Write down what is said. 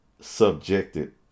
subjected